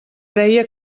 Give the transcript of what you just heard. deia